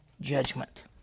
judgment